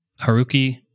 Haruki